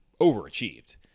overachieved